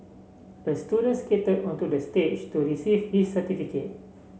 the student skated onto the stage to receive his certificate